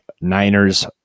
Niners